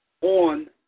on